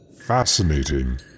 Fascinating